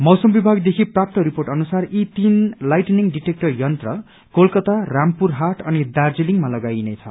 मौसम विभागदेख प्राप्त रिपोर्ट अनुसार यी तीन लाइटनिंग डिटेक्टर यन्त्र कोलकता रामपुरहाट अनि दार्जीलिङमा लगाइने छ